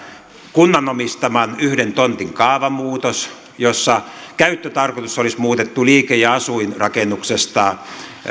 omistaman yhden tontin kaavamuutos jossa käyttötarkoitus olisi muutettu liike ja asuinrakennuksesta